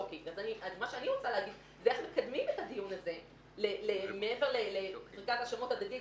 אני רוצה לשאול איך מקדמים את הדיון הזה מעבר להאשמות הדדיות